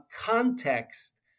context